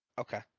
Okay